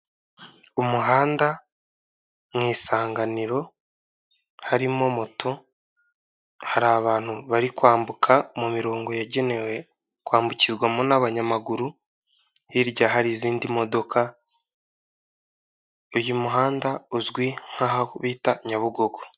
Umuhanda mu isanganiro harimo moto hari abantu bari kwambuka mu mirongo yagenewe kwambukirwamo n'abanyamaguru, hirya hari izindi modoka, uyu muhanda uzwi nk'aho bita Nyabugogo.